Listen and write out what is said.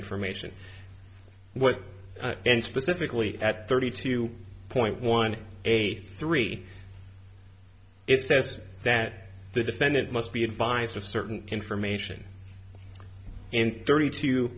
information with and specifically at thirty two point one a three it says that the defendant must be advised of certain information and thirty two